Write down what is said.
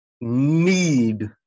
need